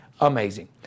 amazing